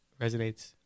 resonates